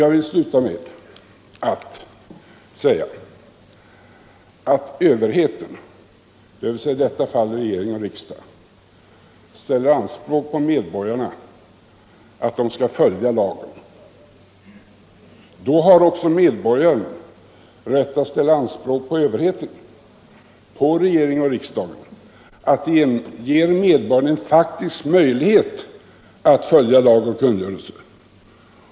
Jag vill sluta med att säga att överheten, dvs. i detta sammanhang regering och riksdag, ställer anspråk på medborgarna att de skall följa lagen. Då har också medborgarna rätt att ställa anspråk på överheten — på regering och riksdag — att ge dem en faktisk möjlighet att följa lagar och kungörelser.